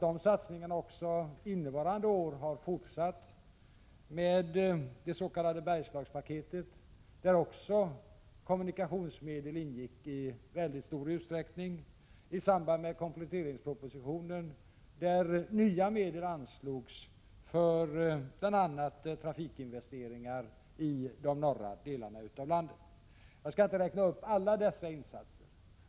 De satsningarna har också innevarande år fortsatt, med det s.k. Bergslagspaketet, där också kommunikationsmedel ingick i mycket stor utsträckning i samband med kompletteringspropositionen, i vilken nya medel anslogs för bl.a. trafikinvesteringar i de norra delarna av landet. Jag kan inte räkna upp alla dessa insatser.